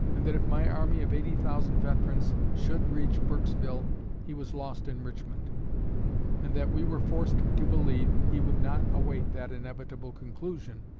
and that if my army of eighty thousand veterans should reach burksville he was lost in richmond and that we were forced to believe he would not await that inevitable conclusion,